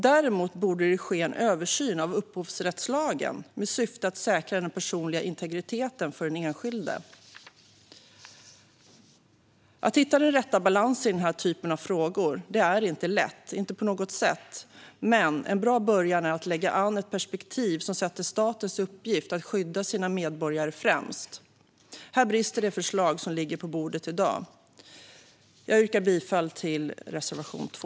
Däremot borde det ske en översyn av upphovsrättslagen med syfte att säkra den personliga integriteten för den enskilde. Att hitta den rätta balansen i den här typen av frågor är inte lätt, inte på något sätt. Men en bra början är att lägga an ett perspektiv som sätter statens uppgift att skydda sina medborgare främst. Här brister det förslag som ligger på bordet i dag. Jag yrkar bifall till reservation 2.